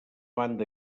banda